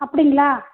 அப்படிங்களா